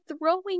throwing